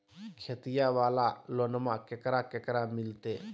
खेतिया वाला लोनमा केकरा केकरा मिलते?